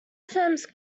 firms